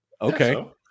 Okay